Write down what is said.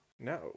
No